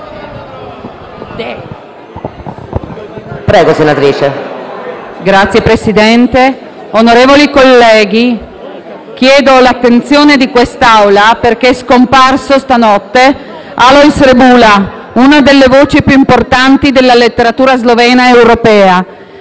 ROJC *(PD)*. Signor Presidente, onorevoli colleghi, chiedo l'attenzione dell'Assemblea perché è scomparso stanotte Alojz Rebula, una delle voci più importanti della letteratura slovena ed europea.